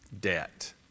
debt